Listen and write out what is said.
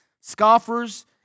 scoffers